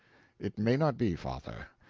it may not be, father.